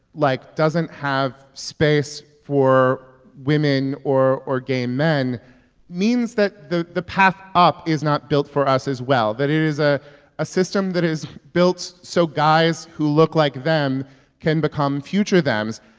like, doesn't have space for women or or gay men means that the the path up is not built for us as well that it is a ah system that is built so guys who look like them can become future thems.